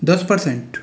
दस परसेंट